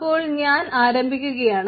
അപ്പോൾ ഞാൻ ആരംഭിക്കുകയാണ്